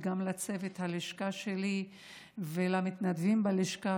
וגם לצוות הלשכה שלי ולמתנדבים בלשכה